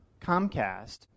Comcast